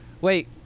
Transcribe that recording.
Wait